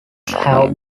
have